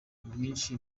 ubwinshi